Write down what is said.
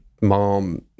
mom